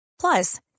Plus